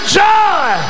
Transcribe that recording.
joy